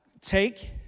take